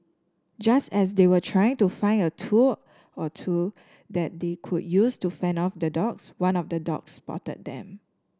just as they were trying to find a tool or two that they could use to fend off the dogs one of the dogs spotted them